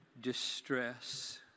distress